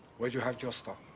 where you have your stuff?